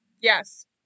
Yes